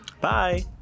Bye